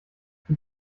wie